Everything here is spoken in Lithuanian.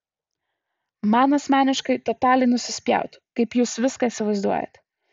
man asmeniškai totaliai nusispjaut kaip jūs viską įsivaizduojat